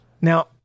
Now